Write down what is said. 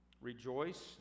Rejoice